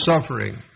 suffering